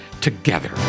together